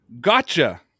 gotcha